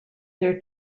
their